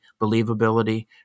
believability